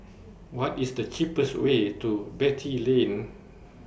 What IS The cheapest Way to Beatty Lane